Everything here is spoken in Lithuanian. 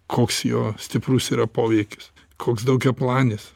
koks jo stiprus yra poveikis koks daugiaplanis